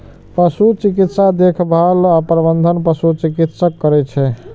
पशु चिकित्सा देखभाल आ प्रबंधन पशु चिकित्सक करै छै